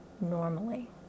normally